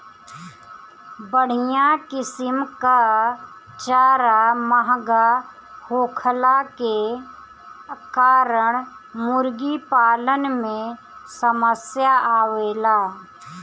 बढ़िया किसिम कअ चारा महंगा होखला के कारण मुर्गीपालन में समस्या आवेला